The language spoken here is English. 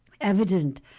evident